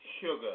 sugar